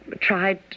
tried